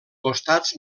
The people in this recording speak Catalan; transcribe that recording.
costats